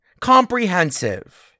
comprehensive